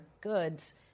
goods